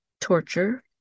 torture